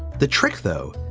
the trick, though,